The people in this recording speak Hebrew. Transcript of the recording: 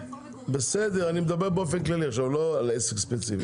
אני מדבר באופן כללי, לא על עסק ספציפי.